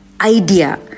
idea